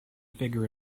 figure